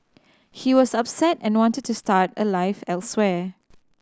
he was upset and wanted to start a life elsewhere